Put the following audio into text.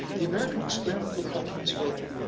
the american experiment looked like it was failing,